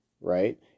right